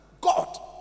God